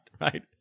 right